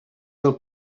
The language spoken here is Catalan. del